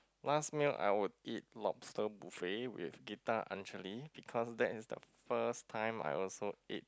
last meal I would eat lobster buffet with Gita-Angeli because that is the first time I also eat